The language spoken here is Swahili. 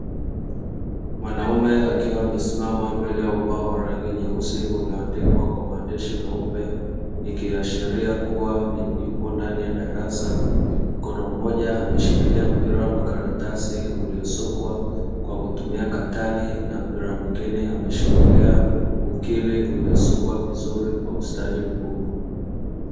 Mwanaume akiwa amesimama mbele ya ubao wa rangi nyeusi ulioandikwa kwa maandishi meupe, ikiashiria kuwa yupo ndani ya darasa, mkono mmoja ameshikilia mpira wa makaratasi uliosukwa kwa kutumia katani na mpira mwingine ameshikilia ukili uliosukwa vizuri kwa ustadi mkubwa.